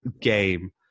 game